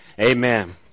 Amen